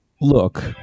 look